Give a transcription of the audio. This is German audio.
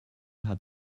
hat